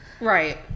right